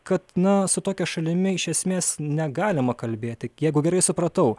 kad na su tokia šalimi iš esmės negalima kalbėti jeigu gerai supratau